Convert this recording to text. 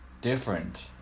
different